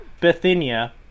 Bithynia